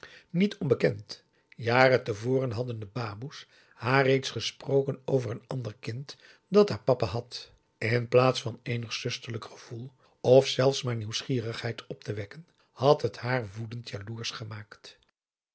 niet onbekend jaren te voren hadden de baboes haar reeds gesproken over een ander kind dat haar papa had in plaats van eenig zusterlijk gevoel of zelfs maar nieuwsgierigheid op te wekken had het haar woedend jaloersch gemaakt